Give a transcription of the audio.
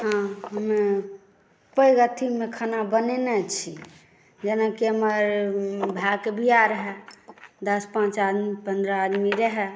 हँ हमे पैघ अथीमे खाना बनेने छी जेनाकि हमर भाएके ब्याह रहए दस पाँच आदमी पन्द्रह आदमी रहए